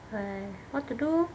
what to do